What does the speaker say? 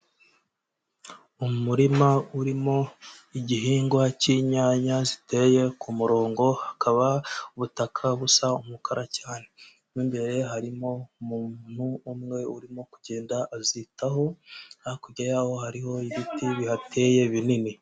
Umurima urimo igihingwa cy'inyanya ziteye ku murongo, hakaba ubutaka busa umukara cyane, mo imbere harimo umuntu umwe urimo kugenda azitaho, hakurya y'aho hariho ibiti bihateye binini.